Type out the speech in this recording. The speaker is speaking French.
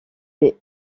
des